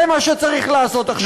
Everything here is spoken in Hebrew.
זה מה שצריך לעשות עכשיו.